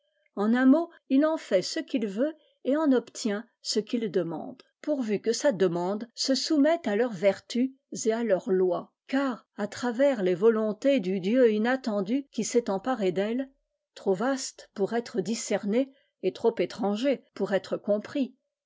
eu un mot il en fait ce qu'il veut et en obtient ce qu'il demande pourvu que sa demande se soumette à leurs vertus et à leurs lois car à travers les volontés du dieu inattendu qui s'est emparé d'elles trop vaste pour être discerné et trop étranger pour être compris